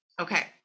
Okay